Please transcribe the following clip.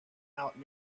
out